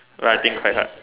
but I think quite hard